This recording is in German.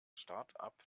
startup